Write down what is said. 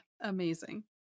Amazing